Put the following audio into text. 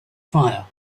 fire